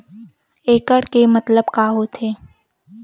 एकड़ के मतलब का होथे?